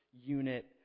unit